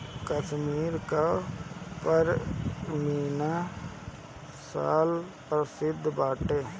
कश्मीर कअ पशमीना शाल प्रसिद्ध बाटे